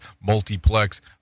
multiplex